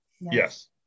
Yes